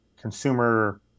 consumer